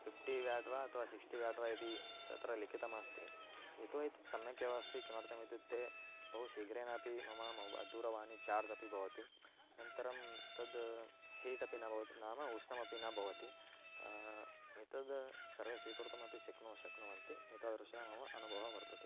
fifty watt वा अथवा sixty watt वा इति तत्र लिखितम् अस्ति यतो हि तत् सम्यगेव अस्ति किमर्थम् इत्युक्ते बहु शीघ्रेणापि मम मोब् दूरवाणी चार्ज अपि भवति अनन्तरं तद् हीट् अपि न भवति नाम उष्णमपि न भवति एतद् सर्वे स्वीकर्तुमपि शक्नोति शक्नुवन्ति एतादृशः मम अनुभवः वर्तते